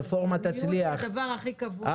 הרפורמה תצליח --- הזמניות היא הדבר הכי קבוע.